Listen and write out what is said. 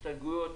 הסתייגויות,